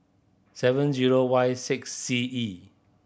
seven zero Y six C E